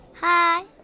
hi